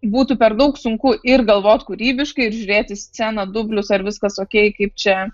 būtų per daug sunku ir galvot kūrybiškai ir žiūrėti sceną dublius ar viskas okei kaip čia